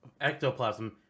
ectoplasm